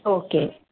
okay